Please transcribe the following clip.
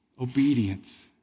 obedience